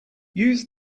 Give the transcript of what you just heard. use